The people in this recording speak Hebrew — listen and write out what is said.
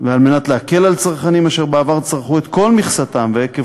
ועל מנת להקל על צרכנים אשר בעבר צרכו את כל מכסתם ועקב